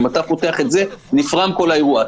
אם אתה פותח את זה, נפרם כל האירוע.